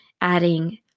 adding